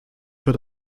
für